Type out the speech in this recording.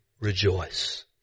Rejoice